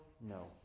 No